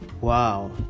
Wow